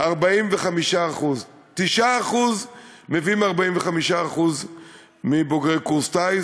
45%; 9% מביאים 45% מבוגרי קורס טיס.